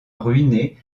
ruiné